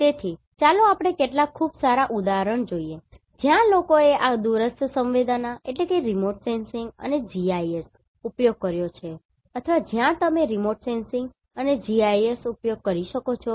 તેથી ચાલો આપણે કેટલાક ખૂબ સારા ઉદાહરણ જોઈએ કે જ્યાં લોકોએ આ દૂરસ્થ સંવેદનાઅને GIS ઉપયોગ કર્યો છે અથવા જ્યાં તમે રિમોટ સેન્સિંગ અને GIS ઉપયોગ કરી શકો છો